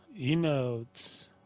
Emotes